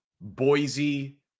Boise